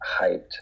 hyped